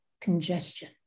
congestion